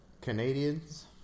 Canadians